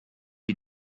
you